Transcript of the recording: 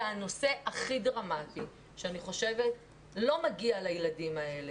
הנושא הכי דרמטי שאני חושבת, לא מגיע לילדים האלה.